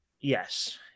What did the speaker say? Yes